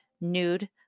nude